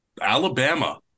Alabama